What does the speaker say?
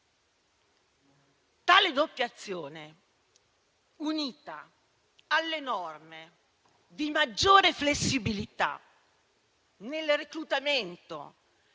Tale doppia azione, unita alle norme di maggiore flessibilità nel reclutamento